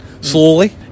Slowly